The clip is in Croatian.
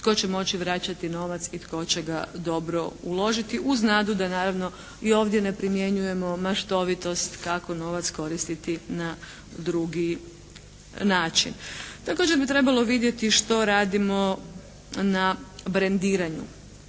tko će moći vraćati novac i tko će ga dobro uložiti uz nadu da naravno i ovdje ne primjenjujemo maštovitost kako novac koristiti na drugi način. Također bi trebalo vidjeti što radimo na brendiranju.